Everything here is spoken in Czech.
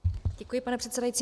Děkuji, pane předsedající.